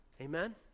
Amen